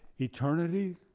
Eternity